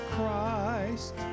Christ